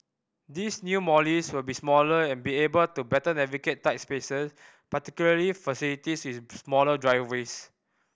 these new Mollies will be smaller and be able to better navigate tight spaces particularly facilities with smaller driveways